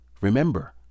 Remember